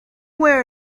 where